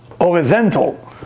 horizontal